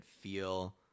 feel